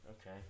Okay